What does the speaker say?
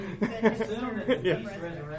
Yes